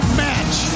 match